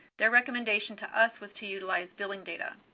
their recommendation to us was to utilize billing data.